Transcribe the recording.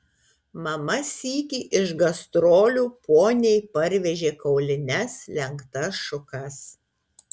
mama sykį iš gastrolių poniai parvežė kaulines lenktas šukas